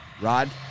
Rod